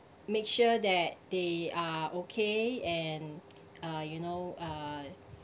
make sure that they are okay and uh you know uh